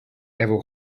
efo